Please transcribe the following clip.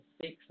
six